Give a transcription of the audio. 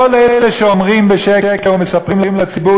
כל אלה שאומרים בשקר ומספרים לציבור,